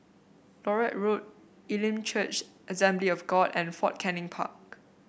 Larut Road Elim Church Assembly of God and Fort Canning Park